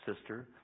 sister